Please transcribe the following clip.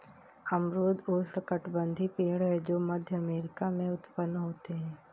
अमरूद उष्णकटिबंधीय पेड़ है जो मध्य अमेरिका में उत्पन्न होते है